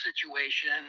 situation